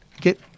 get